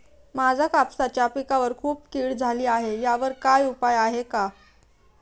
माझ्या कापसाच्या पिकावर खूप कीड झाली आहे यावर काय उपाय आहे का?